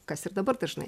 kas ir dabar dažnai